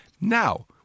Now